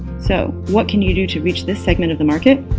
so what can you do to reach this segment of the market?